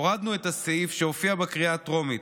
הורדנו את הסעיף שהופיע בקריאה הטרומית